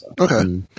Okay